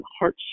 heart